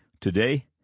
Today